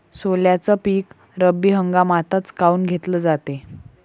सोल्याचं पीक रब्बी हंगामातच काऊन घेतलं जाते?